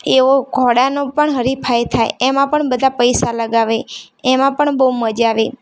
એવો ઘોડાનો પણ હરીફાઈ થાય એમાં પણ બધા પૈસા લગાવે એમાં પણ બહુ મજા આવે